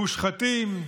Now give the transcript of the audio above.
מושחתים,